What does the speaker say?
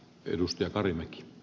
arvoisa puhemies